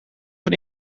van